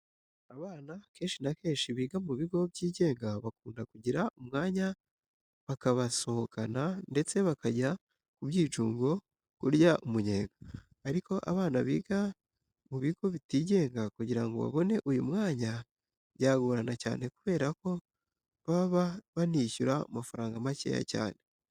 Abana akenshi na kenshi biga mu bigo byigenga bakunda kugira umwanya bakabasohokana ndetse bakajya ku byicungo kurya umunyenga. Ariko abana biga mu bigo bitigenga kugira ngo babone uyu mwanya byagorana cyane kubera ko baba banishyura amafaranga makeya cyane.